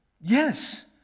yes